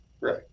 Right